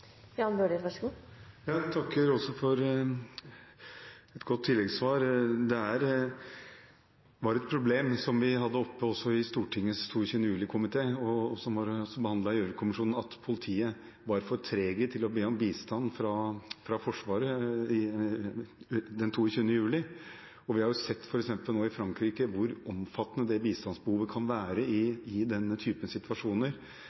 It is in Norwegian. Jeg takker også for et godt svar på tilleggsspørsmålet. Dette var et problem som vi hadde oppe også i Stortingets 22. juli-komité, som behandlet Gjørv-kommisjonen, at politiet var for treg til å be om bistand fra Forsvaret den 22. juli. Vi har f.eks. i Frankrike nå sett hvor omfattende bistandsbehovet kan være i denne type situasjoner,